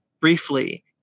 briefly